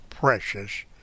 Precious